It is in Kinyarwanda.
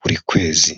buri kwezi.